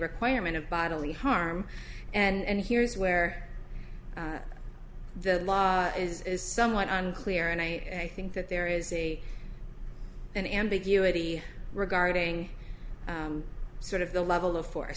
requirement of bodily harm and here's where the law is is somewhat unclear and i think that there is a an ambiguity regarding sort of the level of force